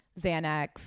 Xanax